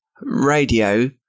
radio